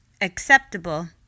acceptable